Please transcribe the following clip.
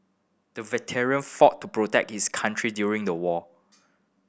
the veteran fought to protect his country during the war